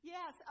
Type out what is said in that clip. Yes